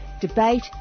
debate